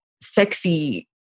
sexy